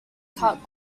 cut